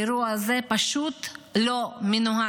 האירוע הזה פשוט לא מנוהל.